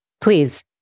please